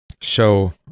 show